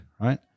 right